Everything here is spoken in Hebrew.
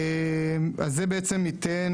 זה ייתן,